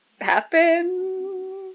happen